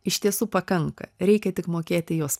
iš tiesų pakanka reikia tik mokėti juos